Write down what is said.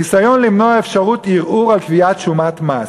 ניסיון למנוע אפשרות ערעור על קביעת שומת מס.